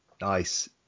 nice